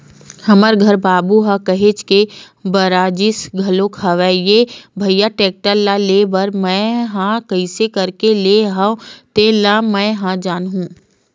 हमर घर बाबू ह काहेच के बरजिस घलोक हवय रे भइया टेक्टर ल लेय बर मैय ह कइसे करके लेय हव तेन ल मैय ह जानहूँ